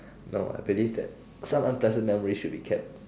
no I believe that some unpleasant memories should be kept